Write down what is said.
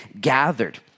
gathered